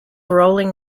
rolling